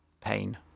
pain